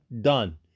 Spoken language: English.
done